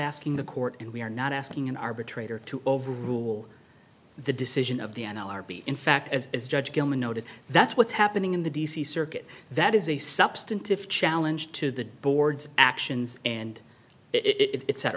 asking the court and we are not asking an arbitrator to overrule the decision of the n l r b in fact as judge gellman noted that's what's happening in the d c circuit that is a substantive challenge to the board's actions and it's that